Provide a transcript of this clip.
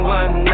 one